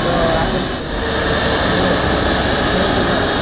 ତ ଆପଣ ଶୁଣନ୍ତୁ ଶୁଣନ୍ତୁ ମା'